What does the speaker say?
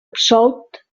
absolt